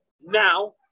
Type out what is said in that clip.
now